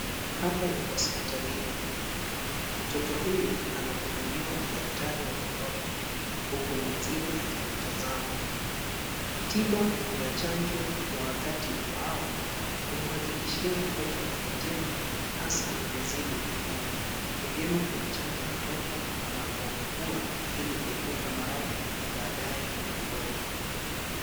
Hapa ni hospitalini. Mtoto huyu anahudumiwa na daktari wa watoto huku mwenziwe akimtazama. Tiba na chanjo ya wakati ufaao humhakikishia mtoto afya njema hasa anavyozidi kukua. Ni vyema kumchanja mtoto anapokua ili kuepuka maradhi ya baadae ukubwani.